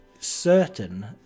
certain